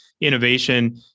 innovation